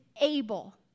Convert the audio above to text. able